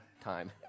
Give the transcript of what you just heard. time